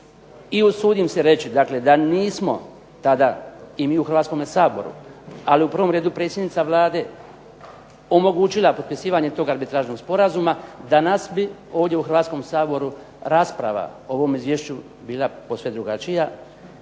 I usudim se reći dakle da nismo tada i mi u Hrvatskom saboru, ali u prvom redu predsjednica Vlade omogućila potpisivanje tog arbitražnog sporazuma, danas bi ovdje u Hrvatskom saboru rasprava o ovom izvješću bila posve drugačija